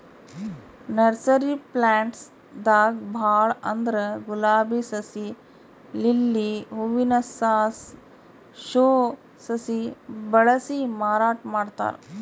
nursery plants ದಾಗ್ ಭಾಳ್ ಅಂದ್ರ ಗುಲಾಬಿ ಸಸಿ, ಲಿಲ್ಲಿ ಹೂವಿನ ಸಾಸ್, ಶೋ ಸಸಿ ಬೆಳಸಿ ಮಾರಾಟ್ ಮಾಡ್ತಾರ್